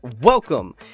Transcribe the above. welcome